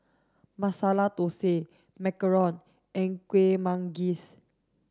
masala thosai macarons and kuih manggis